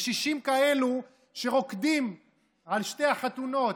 ו-60 כאלה שרוקדים על שתי החתונות,